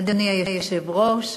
אדוני היושב-ראש,